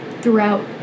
throughout